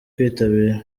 kwitabira